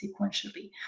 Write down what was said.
sequentially